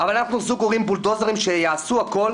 אבל אנחנו זוג הורים בולדוזרים שיעשו הכול